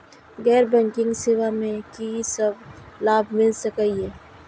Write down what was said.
गैर बैंकिंग सेवा मैं कि सब लाभ मिल सकै ये?